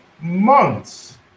months